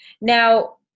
Now